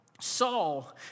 Saul